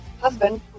husband